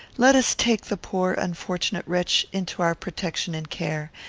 let us take the poor, unfortunate wretch into our protection and care,